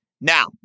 Now